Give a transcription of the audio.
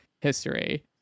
history